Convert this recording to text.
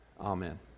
Amen